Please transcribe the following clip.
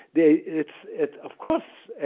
the it's it's of course.